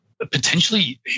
potentially